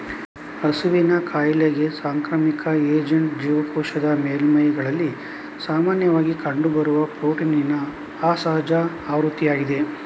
ಹಸುವಿನ ಕಾಯಿಲೆಗೆ ಸಾಂಕ್ರಾಮಿಕ ಏಜೆಂಟ್ ಜೀವಕೋಶದ ಮೇಲ್ಮೈಗಳಲ್ಲಿ ಸಾಮಾನ್ಯವಾಗಿ ಕಂಡುಬರುವ ಪ್ರೋಟೀನಿನ ಅಸಹಜ ಆವೃತ್ತಿಯಾಗಿದೆ